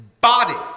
body